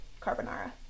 carbonara